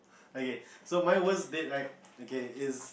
okay so my worst date right okay is